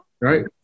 right